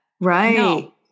Right